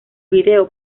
video